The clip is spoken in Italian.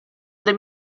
dei